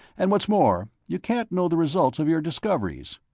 and what's more, you can't know the results of your discoveries.